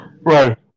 Right